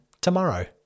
tomorrow